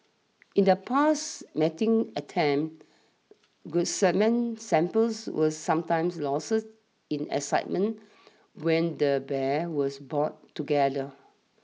in the past mating attempts good semen samples were sometimes lost in excitement when the bears was brought together